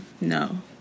No